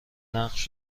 نقش